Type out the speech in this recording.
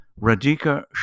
radhika